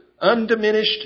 undiminished